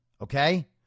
okay